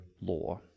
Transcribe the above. law